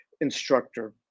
instructor